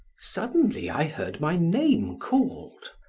suddenly i heard my name called.